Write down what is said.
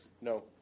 No